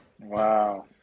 Wow